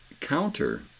counter